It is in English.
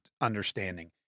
understanding